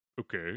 Okay